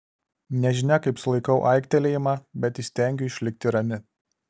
nežinia kaip sulaikau aiktelėjimą bet įstengiu išlikti rami